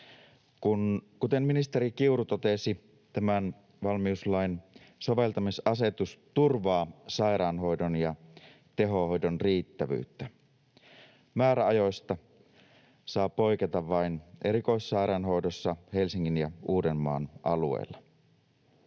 Kuten ministeri Kiuru totesi, tämä valmiuslain soveltamisasetus turvaa sairaanhoidon ja tehohoidon riittävyyttä. Määräajoista saa poiketa vain erikoissairaanhoidossa Helsingin ja Uudenmaan alueella.